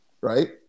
right